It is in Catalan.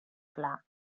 clar